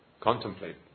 contemplate